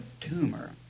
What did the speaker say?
tumor